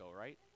right